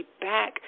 back